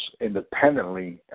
independently